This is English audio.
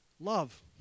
Love